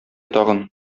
тагын